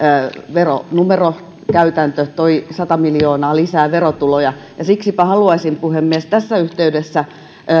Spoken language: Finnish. veronumerokäytäntö toi sata miljoonaa lisää verotuloja ja siksipä haluaisin puhemies tässä yhteydessä